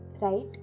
Right